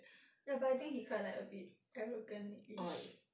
ya but I think he quite like a bit arrogant ish